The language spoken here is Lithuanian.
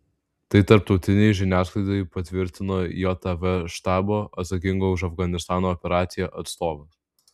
tai tarptautinei žiniasklaidai patvirtino jav štabo atsakingo už afganistano operaciją atstovas